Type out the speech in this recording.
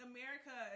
America